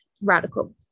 radical